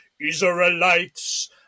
Israelites